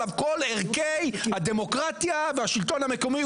עליו כל ערכי הדמוקרטיה והשלטון המקומי,